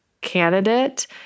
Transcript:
candidate